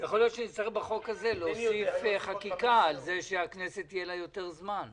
יכול להיות שבחוק הזה נצטרך להוסיף חקיקה שלכנסת יהיה יותר זמן.